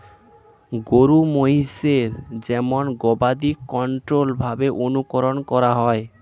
গরু মহিষের যেমন গবাদি কন্ট্রোল্ড ভাবে অনুকরন করা হয়